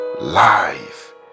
Life